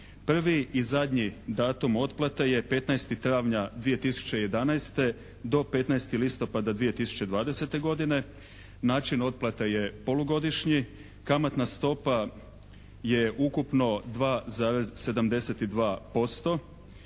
Prvi i zadnji datum otplate je 15. travnja 2011. do 15. listopada 2020. godine. Način otplate je polugodišnji. Kamatna stopa je ukupno 2,72%.